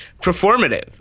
performative